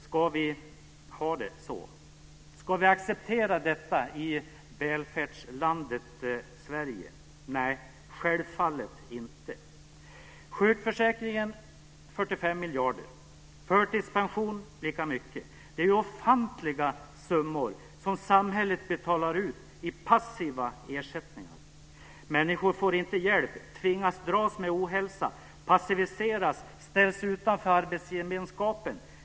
Ska vi ha det så? Ska vi acceptera detta i välfärdslandet Sverige? Nej, självfallet inte. Sjukförsäkringen kostar 45 miljarder och förtidspensionerna lika mycket. Det är ofantliga summor som samhället betalar ut i passiva ersättningar. Människor får inte hjälp utan tvingas dras med ohälsa, passiviseras och ställs utanför arbetsgemenskapen.